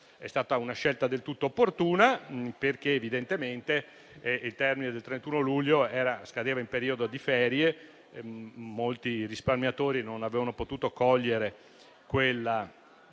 È stata una scelta del tutto opportuna, perché, visto che il termine del 31 luglio scadeva in periodo di ferie, molti risparmiatori non avevano potuto cogliere quella